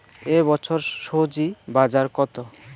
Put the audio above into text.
এ বছর স্বজি বাজার কত?